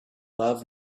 love